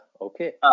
Okay